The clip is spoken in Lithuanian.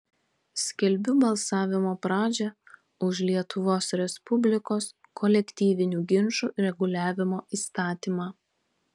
skelbiu balsavimo pradžią už lietuvos respublikos kolektyvinių ginčų reguliavimo įstatymą